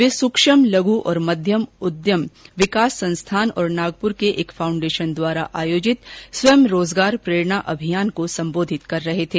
वे सुक्ष्म लघु और मध्यम उद्यम विकास संस्थान और नागपुर के एक फॉउडेशन द्वारा आयोजित स्वयं रोजगार प्ररेणा अभियान को संबोधित कर रहे थे